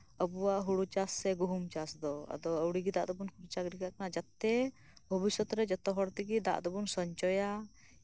ᱟᱵᱚᱣᱟᱜ ᱦᱩᱲᱩ ᱪᱟᱥ ᱥᱮ ᱜᱩᱦᱩᱢ ᱪᱟᱥ ᱫᱚ ᱟᱹᱣᱲᱤ ᱜᱮ ᱫᱟᱜ ᱫᱚ ᱵᱟᱵᱚᱱ ᱠᱷᱚᱨᱪᱟᱭ ᱡᱟᱛᱮ ᱵᱷᱚᱵᱤᱥᱚᱛ ᱞᱟᱹᱜᱤᱫ ᱫᱟᱜ ᱫᱚᱵᱚᱱ ᱥᱚᱧᱪᱚᱭᱟ